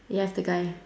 ya I've the guy